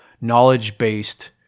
knowledge-based